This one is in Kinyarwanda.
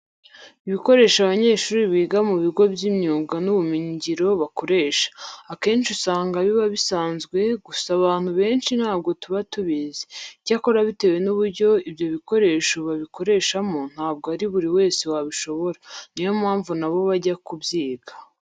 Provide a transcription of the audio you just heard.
Ibikoresho abanyeshuri biga mu bigo by'imyuga n'ubumenyingiro bakoresha, akenshi usanga biba bisanzwe gusa abantu benshi ntabwo tuba tubizi. Icyakora bitewe n'uburyo ibyo bikoresho babikoreshamo ntabwo ari buri wese wabishobora. Ni yo mpamvu na bo bajya kubyiga.